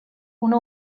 una